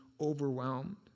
overwhelmed